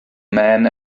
man